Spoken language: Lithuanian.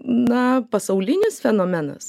na pasaulinis fenomenas